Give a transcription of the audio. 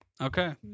okay